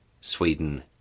Sweden